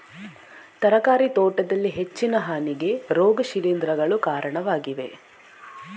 ತರಕಾರಿ ತೋಟದಲ್ಲಿ ಹೆಚ್ಚಿನ ಹಾನಿಗೆ ರೋಗ ಶಿಲೀಂಧ್ರಗಳು ಕಾರಣವಾಗಿವೆ